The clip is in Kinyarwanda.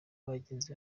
abagenzi